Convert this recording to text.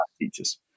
teachers